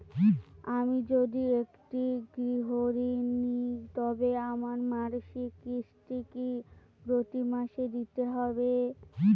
আমি যদি একটি গৃহঋণ নিই তবে আমার মাসিক কিস্তি কি প্রতি মাসে দিতে হবে?